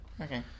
okay